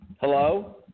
Hello